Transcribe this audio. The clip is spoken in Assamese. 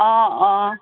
অঁ অঁ